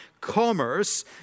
commerce